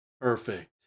perfect